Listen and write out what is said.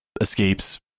escapes